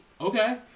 Okay